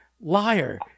liar